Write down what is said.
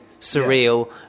surreal